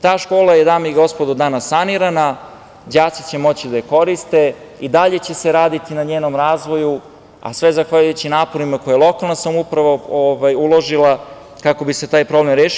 Ta škola je, dame i gospodo, danas sanirana, đaci će moći da je koriste i dalje će se raditi na njenom razvoju, a sve zahvaljujući naporima koje je lokalna samouprava uložila kako bi se taj problem rešio.